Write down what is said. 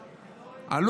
בו.